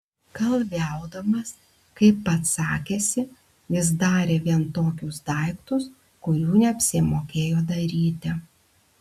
kalviaudamas kaip pats sakėsi jis darė vien tokius daiktus kurių neapsimokėjo daryti